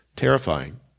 terrifying